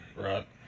right